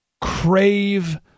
crave